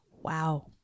wow